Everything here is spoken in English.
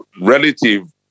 relative